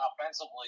offensively